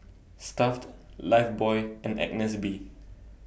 Stuff'd Lifebuoy and Agnes B